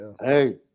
hey